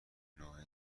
نوع